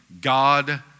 God